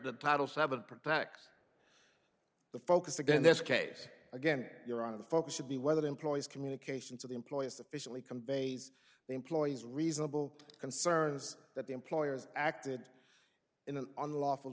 that title seven protect the focus again this case again your honor the focus should be whether employees communications of employees sufficiently conveys the employees reasonable concerns that employers acted in an unlawful